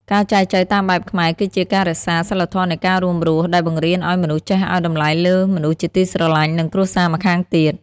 ការចែចូវតាមបែបខ្មែរ គឺជាការរក្សា "សីលធម៌នៃការរួមរស់" ដែលបង្រៀនឱ្យមនុស្សចេះឱ្យតម្លៃលើមនុស្សជាទីស្រឡាញ់ និងគ្រួសារម្ខាងទៀត។